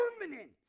permanent